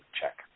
check